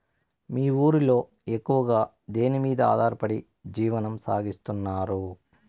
మీ ఊరిలో ఎక్కువగా దేనిమీద ఆధారపడి జీవనం సాగిస్తున్నారు?